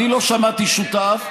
אני לא שמעתי שותף,